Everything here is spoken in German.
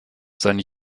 seine